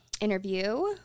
interview